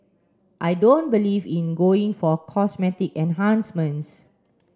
I don't believe in going for cosmetic enhancements